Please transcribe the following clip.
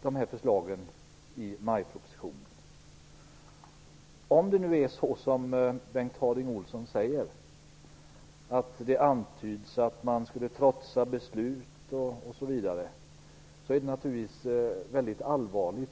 skall tas upp i majpropositionen. Om det nu är så som Bengt Harding Olson säger, att det antyds att man skulle trotsa beslut osv., är detta naturligtvis väldigt allvarligt.